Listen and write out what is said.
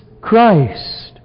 Christ